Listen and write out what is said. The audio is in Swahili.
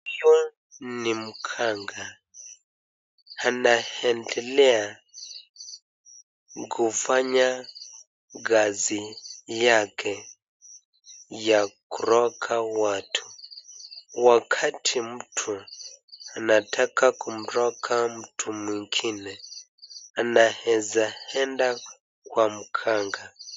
Huyu ni mganga anendelea kufanya kazi yake ya kuroga watu. Wakati mtu anataka kumroga mtu mwingine anaeza enda kwa mganga.